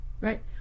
Right